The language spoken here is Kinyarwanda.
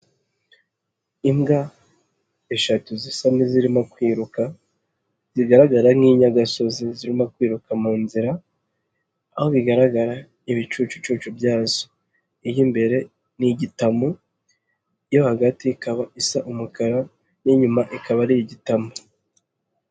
Imbwa eshatu zisa n'izirimo kwiruka, zigaragara nk'inyagasozi zirimo kwiruka mu nzira, aho bigaragara ibicucu byazo, iy'imbere ni igitamu iyo hagati ikaba isa umukara n'inyuma ikaba ari igitamu.